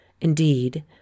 Indeed